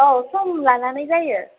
औ सम लानानै जायो